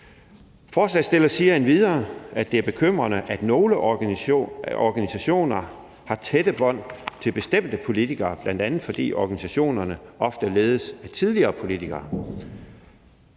Forslagsstillerne siger endvidere, at det er bekymrende, at nogle organisationer har tætte bånd til bestemte politikere, bl.a. fordi organisationerne ofte ledes af tidligere politikere.